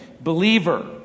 believer